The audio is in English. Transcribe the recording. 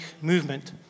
movement